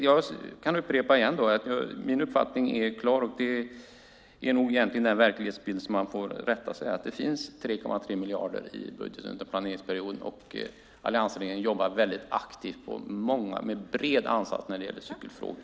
Jag kan upprepa att min uppfattning är klar. Det är nog den verklighetsbild som man får rätta sig efter. Det finns 3,3 miljarder i budgeten under planeringsperioden. Alliansregeringen jobbar väldigt aktivt med en bred ansats när det gäller cykelfrågor.